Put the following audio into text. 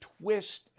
twist